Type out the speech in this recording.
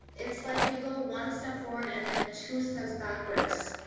it's like we go one step forward, and then two steps backwards.